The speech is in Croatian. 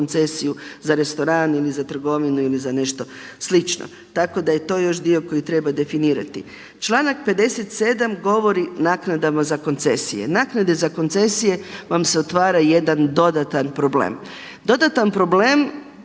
podkoncesiju za restoran ili za trgovinu ili za nešto slično. Tako da je to još dio koji treba definirati. Članak 57. govori o naknadama za koncesije. Naknade za koncesije vam se otvara i jedan dodatan problem, dodatan problem